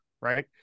right